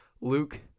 luke